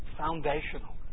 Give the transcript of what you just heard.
foundational